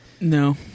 No